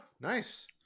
Nice